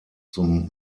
zum